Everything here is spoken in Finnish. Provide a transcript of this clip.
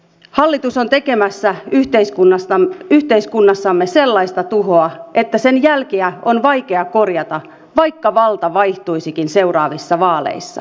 hallitus on tekemässä yhteiskunnassamme sellaista tuhoa että sen jälkiä on vaikea korjata vaikka valta vaihtuisikin seuraavissa vaaleissa